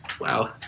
Wow